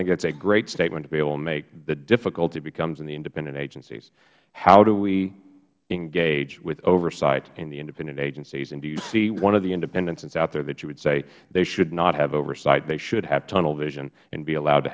think that is a great statement to be able to make the difficulty becomes in the independent agencies how do we engage with oversight in the independent agencies and do you see one of the independents that is out there that you would say they should not have oversight they should have tunnel vision and be allowed to